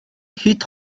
хэд